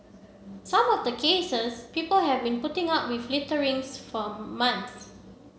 some of the cases people have been putting up with littering for months